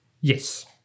Yes